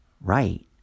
Right